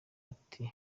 ati